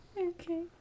Okay